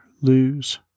lose